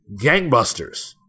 gangbusters